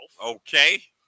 Okay